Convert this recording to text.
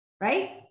Right